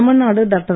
Tamil Nadu doctor